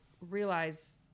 realize